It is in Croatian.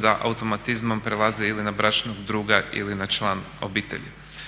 da automatizmom prelazi ili na bračnog druga ili na člana obitelji.